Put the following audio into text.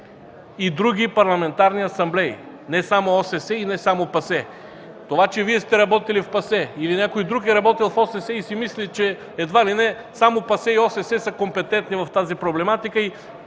„и други парламентарни асамблеи” – не само ОССЕ и не само ПАСЕ. Това че Вие сте работили в ПАСЕ или някой друг е работил в ОССЕ и си мисли, че едва ли не само ПАСЕ и ОССЕ са компетентни в тази проблематика